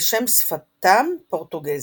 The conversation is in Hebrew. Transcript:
כשם שפתם – פורטוגזית.